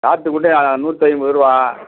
சாத்துகுடி ஆ நூற்றி ஐம்பது ரூவா